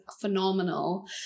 phenomenal